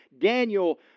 Daniel